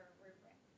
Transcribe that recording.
rubric